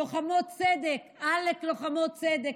לוחמות צדק, עלק לוחמות צדק.